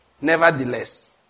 Nevertheless